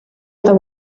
other